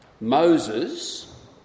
Moses